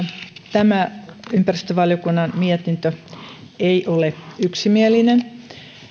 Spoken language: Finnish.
tämä ympäristövaliokunnan mietintö ei ole yksimielinen